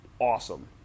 awesome